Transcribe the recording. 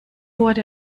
wurde